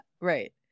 right